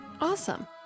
awesome